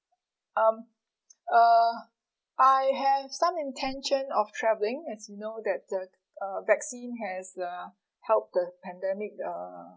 um uh I have some intention of travelling as you know that the uh vaccine has uh helped the pandemic uh